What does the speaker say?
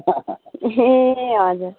ए हजुर